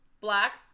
black